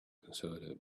concerto